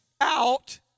out